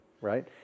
Right